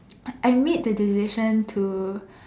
I made the decision to